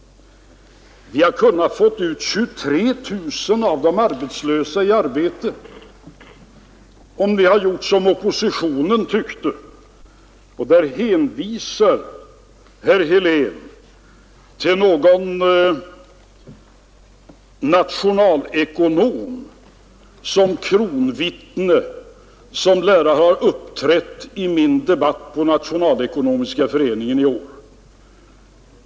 Enligt hans mening hade vi kunnat få ut 23 000 av de arbetslösa i arbete, om vi hade gjort som oppositionen tyckte. Herr Helén hänvisade till någon nationalekonom, som lär ha uppträtt i min debatt på Nationalekonomiska föreningen i år.